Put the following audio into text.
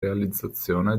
realizzazione